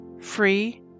free